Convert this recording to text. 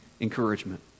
encouragement